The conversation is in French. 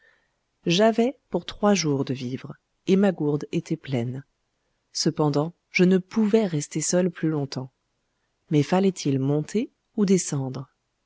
j'avais pour trois jours de vivres et ma gourde était pleine cependant je ne pouvais rester seul plus longtemps mais fallait-il monter ou descendre